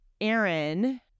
Aaron